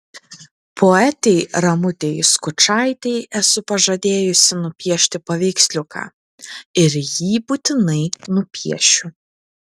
poetei ramutei skučaitei esu pažadėjusi nupiešti paveiksliuką ir jį būtinai nupiešiu